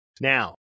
now